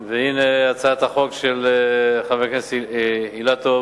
הנה, הצעת החוק של חבר הכנסת אילטוב